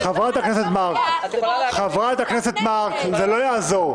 חברת הכנסת מארק, זה לא יעזור.